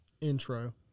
Intro